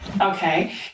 Okay